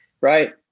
Right